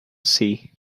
see